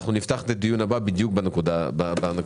אנחנו נפתח את הדיון הבא בדיוק בנקודה הזאת.